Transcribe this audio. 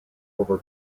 over